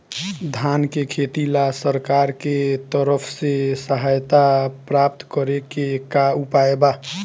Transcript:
धान के खेती ला सरकार के तरफ से सहायता प्राप्त करें के का उपाय बा?